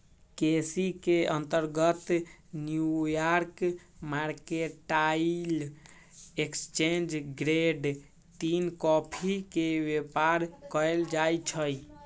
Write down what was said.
केसी के अंतर्गत New York mercantile exchange grade तीन कॉफी के व्यापार कएल जाइ छइ